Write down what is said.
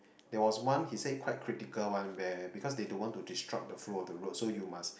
it was one he said quite critical one where because they don't want to disrupt the flow of the road so you must